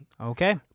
Okay